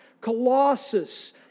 Colossus